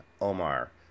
Omar